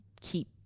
keep